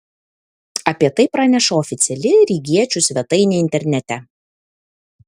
apie tai praneša oficiali rygiečių svetainė internete